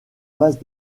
base